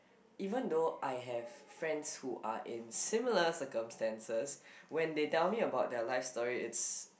even though I have friends who are in similar circumstances when they tell me about their life story it's